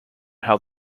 how